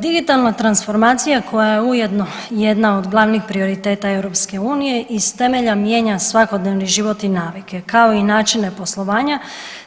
Digitalna transformacija koja je ujedno i jedna od glavnih prioriteta EU iz temelja mijenja svakodnevni život i navike kao i načine poslovanja,